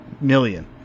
million